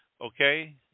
okay